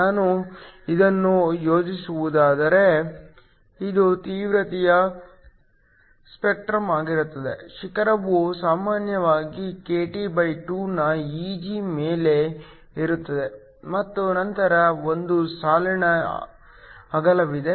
ನಾನು ಇದನ್ನು ಯೋಜಿಸುವುದಾದರೆ ಇದು ತೀವ್ರತೆಯ ಸ್ಪೆಕ್ಟ್ರಮ್ ಆಗಿರುತ್ತದೆ ಶಿಖರವು ಸಾಮಾನ್ಯವಾಗಿ KT2 ನ Eg ಮೇಲೆ ಇರುತ್ತದೆ ಮತ್ತು ನಂತರ ಒಂದು ಸಾಲಿನ ಅಗಲವಿದೆ